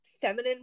feminine